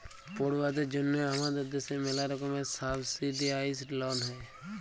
পড়ুয়াদের জন্যহে হামাদের দ্যাশে ম্যালা রকমের সাবসিডাইসদ লন হ্যয়